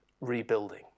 rebuilding